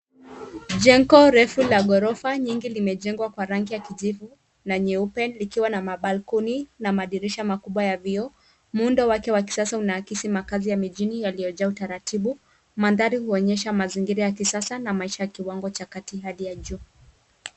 Jengo refu la ghorofa nyingi limejengwa kwa rangi ya kijivu na nyeupe likiwa na mabalkoni na madirisha makubwa ya vioo. Muundo wake wa kisasa unaakisi makazi ya mijini yaliyojaa utaratibu. Mandhari huonyesha mazingira ya kisasa na maisha ya kiwango cha kati hadi ya juu.